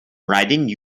riding